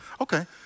Okay